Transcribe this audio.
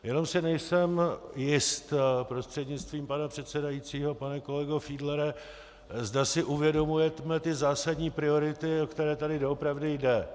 Jenom si nejsem jist, prostřednictvím pana předsedajícího pane kolego Fiedlere, zda si uvědomujeme zásadní priority, o které tady doopravdy jde.